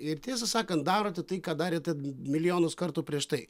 ir tiesą sakant darote tai ką darėte milijonus kartų prieš tai